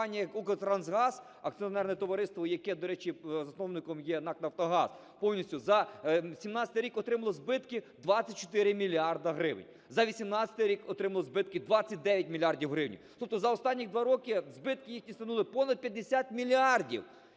компанія як "Укртрансгаз", акціонерне товариство яке, до речі, засновником є НАК "Нафтогаз", повністю за 2017 рік отримала збитків 24 мільярди гривень, за 2018 рік отримала збитків 29 мільярдів гривень. Тобто за останні два роки збитки, які сягнули понад 50 мільярдів.